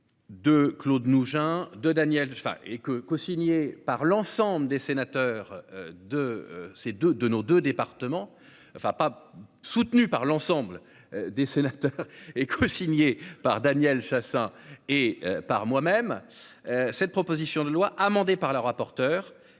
De Claude Mougin de Daniel enfin et que co-signé par l'ensemble des sénateurs de ces, de, de nos 2 départements enfin pas soutenu par l'ensemble des sénateurs et co-signé par Daniel Chassain et par moi-même. Cette proposition de loi amendé par le rapporteur.